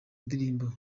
ndirimbo